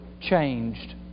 changed